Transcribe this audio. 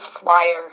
flyer